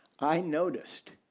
i noticed